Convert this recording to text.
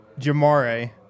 Jamare